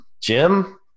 Jim